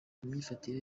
imyifatire